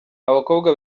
abakobwa